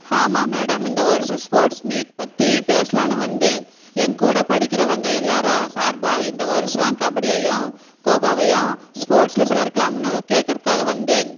ஆமாம் மேடம் இந்த வருஷம் ஸ்போர்ட்ஸ் மீட் பற்றி பேசலாம்ன்னு வந்தேன் என் கூட படிக்கிறவங்க எல்லார் சார்பாக இந்த வருஷம் கபடியையும் கோகோவையும் ஸ்போர்ட்ஸில் சேர்க்கலாமான்னு கேட்கறதுக்காக வந்தேன்